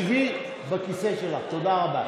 שבי בכיסא שלך, תודה רבה.